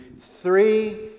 three